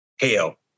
Hell